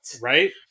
Right